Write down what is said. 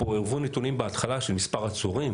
פה עירבו בהתחלה נתונים של מספר עצורים,